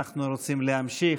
אנחנו רוצים להמשיך.